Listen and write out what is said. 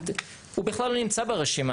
הוא בכלל לא נמצא ברשימה.